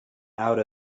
out